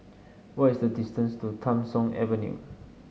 what is the distance to Tham Soong Avenue